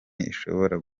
ishobora